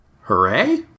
Hooray